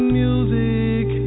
music